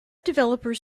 developers